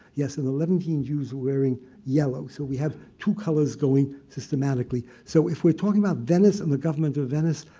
yes. and the levantine jews were wearing yellow. so we have two colors going systematically. so if we're talking about venice and the government of venice,